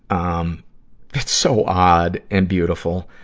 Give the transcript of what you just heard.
um it's so odd and beautiful.